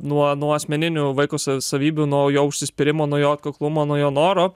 nuo nuo asmeninių vaiko sa savybių nuo jo užsispyrimo nuo jo atkaklumo nuo jo noro